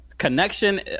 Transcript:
connection